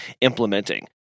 implementing